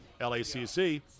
LACC